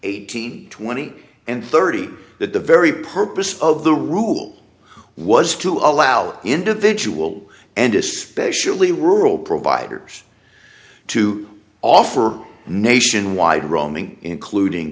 eighteen twenty and thirty that the very purpose of the rule was to allow individual and especially rural providers to offer nationwide roaming including